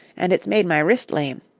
and it's made my wrist lame.